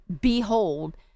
behold